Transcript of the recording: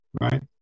right